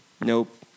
Nope